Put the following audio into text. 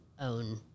own